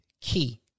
key